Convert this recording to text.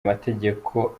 amategeko